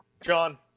John